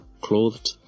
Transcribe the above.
clothed